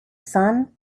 sun